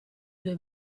due